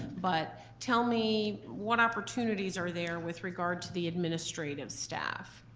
but tell me what opportunities are there with regard to the administrative staff.